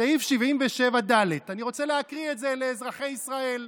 סעיף 77ד, אני רוצה להקריא את זה לאזרחי ישראל.